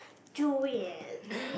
durians